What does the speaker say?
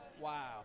Wow